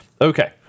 Okay